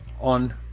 on